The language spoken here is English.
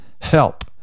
help